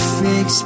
fix